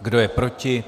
Kdo je proti?